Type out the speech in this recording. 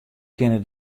kinne